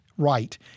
right